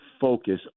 focus